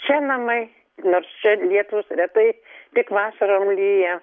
čia namai nors čia lietūs retai tik vasarom lyja